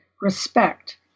respect